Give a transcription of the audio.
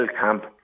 Camp